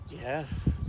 Yes